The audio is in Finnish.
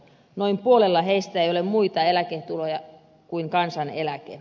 noin puolella heistä ei ole muita eläketuloja kuin kansaneläke